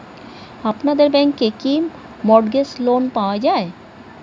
আপনাদের ব্যাংকে কি মর্টগেজ লোন পাওয়া যায়?